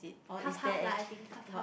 half half lah I think half half